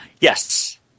Yes